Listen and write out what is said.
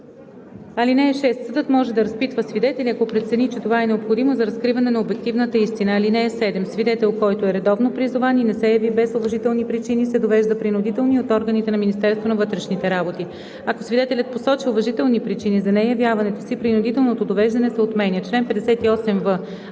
(6) Съдът може да разпитва свидетели, ако прецени, че това е необходимо за разкриване на обективната истина. (7) Свидетел, който е редовно призован и не се яви без уважителни причини, се довежда принудително от органите на Министерството на вътрешните работи. Ако свидетелят посочи уважителни причини за неявяването си, принудителното довеждане се отменя. Чл. 58в.